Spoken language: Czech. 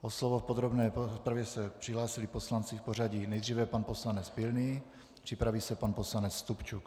O slovo v podrobné rozpravě se přihlásili poslanci v pořadí: nejdříve pan poslanec Pilný, připraví se pan poslanec Stupčuk.